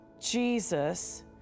Jesus